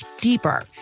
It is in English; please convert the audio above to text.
deeper